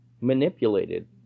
manipulated